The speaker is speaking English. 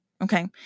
okay